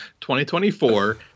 2024